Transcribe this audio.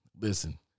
listen